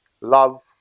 love